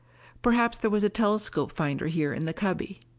perhaps there was a telescope finder here in the cubby.